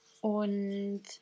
Und